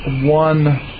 one